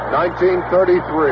1933